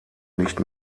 nicht